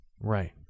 Right